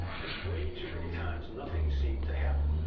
and way too many times nothing seemed to happen.